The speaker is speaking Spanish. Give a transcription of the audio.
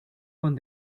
con